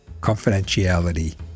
confidentiality